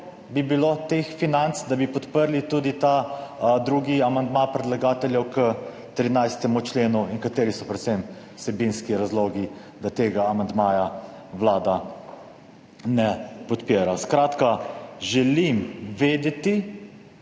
bi bilo teh financ, da bi podprli tudi ta drugi amandma predlagateljev k 13. členu, in kateri so predvsem vsebinski razlogi, da tega amandmaja Vlada ne podpira. Skratka, želim vedeti